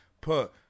Put